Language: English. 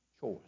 choice